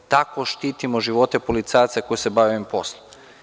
Tako štitimo živote policajaca koji se bave ovim poslom.